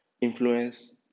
influence